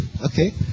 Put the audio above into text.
Okay